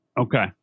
Okay